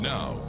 Now